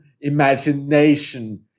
imagination